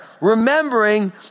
Remembering